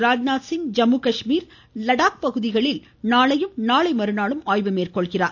ராஜ்நாத் சிங் ஜம்முகாஷ்மீர் மற்றும் லடாக் பகுதிகளில் நாளையும் நாளை மறுநாளும் ஆய்வு மேற்கொள்கிறார்